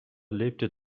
lebte